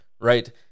right